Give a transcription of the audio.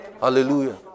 Hallelujah